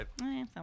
right